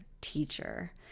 teacher